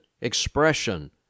expression